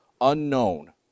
unknown